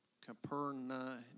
Capernaum